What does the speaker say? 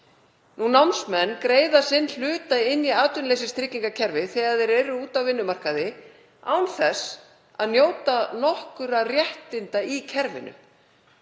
Námsmenn greiða sinn hluta inn í atvinnuleysistryggingakerfið þegar þeir eru á vinnumarkaði án þess að njóta nokkurra réttinda í kerfinu.